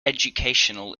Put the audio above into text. educational